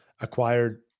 acquired